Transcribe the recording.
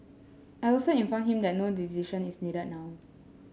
I also informed him that no decision is needed now